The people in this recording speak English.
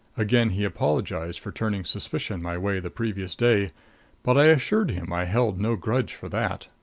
again he apologized for turning suspicion my way the previous day but i assured him i held no grudge for that.